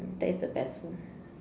that is the best